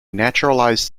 naturalized